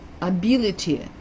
ability